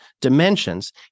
dimensions